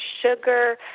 sugar